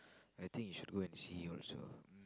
I think you should go and see also mm